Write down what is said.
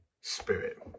Spirit